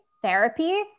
therapy